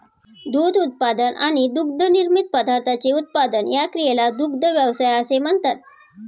दूध उत्पादन आणि दुग्धनिर्मित पदार्थांचे उत्पादन या क्रियेला दुग्ध व्यवसाय असे म्हणतात